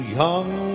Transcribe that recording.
young